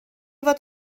fod